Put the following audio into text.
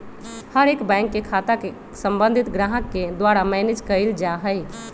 हर एक बैंक के खाता के सम्बन्धित ग्राहक के द्वारा मैनेज कइल जा हई